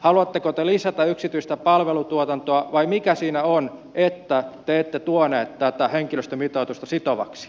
haluatteko te lisätä yksityistä palvelutuotantoa vai mikä siinä on että te ette tuoneet tätä henkilöstömitoitusta sitovaksi